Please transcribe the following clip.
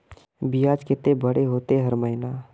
बियाज केते भरे होते हर महीना?